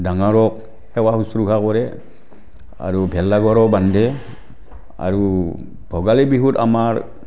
ডাঙৰক সেৱা শুশ্ৰূষা কৰে আৰু ভেলাঘৰো বান্ধে আৰু ভোগালী বিহুত আমাৰ